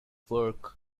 work